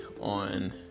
on